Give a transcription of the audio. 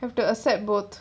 have to accept both